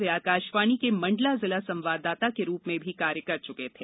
वे आकाशवाणी के मंडला जिला संवाददाता के रूप में भी कार्य कर चुके थे